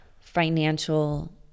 financial